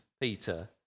Peter